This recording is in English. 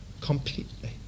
completely